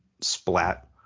splat